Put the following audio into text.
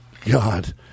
God